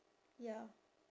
ya